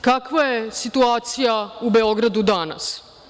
Kakva je situacija u Beogradu danas?